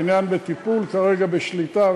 העניין בטיפול, כרגע בשליטה.